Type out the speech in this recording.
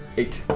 eight